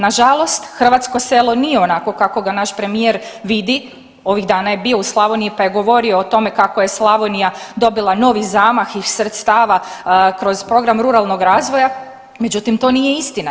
Nažalost, hrvatsko selo nije onakvo kakvo ga naš premijer vidi, ovih dana je bio u Slavoniji pa je govorio o tome kako je Slavonija dobila novi zamah iz sredstva kroz program ruralnog razvoja, međutim to nije istina.